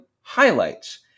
highlights